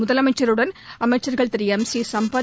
முதலமைச்சருடன் அமைச்சர்கள் திரு எம் சி சம்பத்